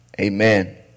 Amen